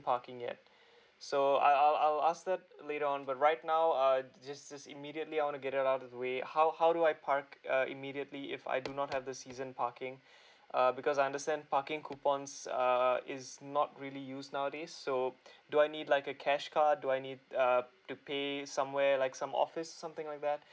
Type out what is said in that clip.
parking yet so I'll I'll I'll ask that later on but right now uh just just immediately I want to get allowed at a way how how do I park uh immediately if I do not have the season parking uh because I understand parking coupons err is not really used nowadays so do I need like a cash card do I need err to pay somewhere like some office or something like that